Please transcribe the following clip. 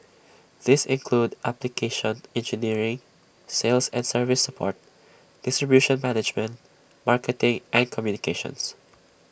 these include application engineering sales and service support distribution management marketing and communications